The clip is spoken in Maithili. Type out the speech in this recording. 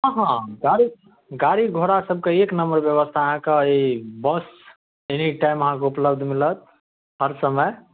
हँ हँ गाड़ी गाडीघोड़ा सबके एक नम्बर ब्यवस्था अहाँके ई बस एनीटाइम अहाँके उपलब्ध मिलत हरसमय